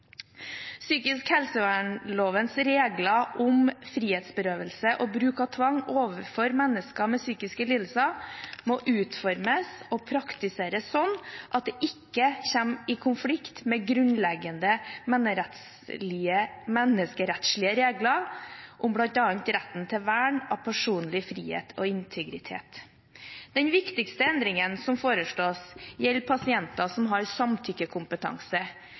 Psykisk helsevernlovens regler om frihetsberøvelse og bruk av tvang overfor mennesker med psykiske lidelser må utformes og praktiseres slik at det ikke kommer i konflikt med grunnleggende menneskerettslige regler om bl.a. retten til vern av personlig frihet og integritet. Den viktigste endringen som foreslås, gjelder pasienter som har samtykkekompetanse.